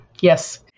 Yes